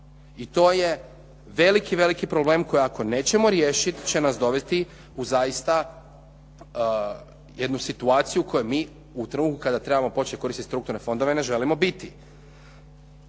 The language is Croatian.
i to je veliki, veliki problem koji ako nećemo riješiti će nas dovesti u zaista jednu situaciju koju mi u trenutku kada trebamo početi koristiti strukturne fondove ne želimo biti.